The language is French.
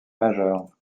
majeure